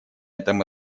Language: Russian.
этом